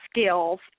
skills